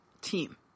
team